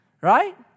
Right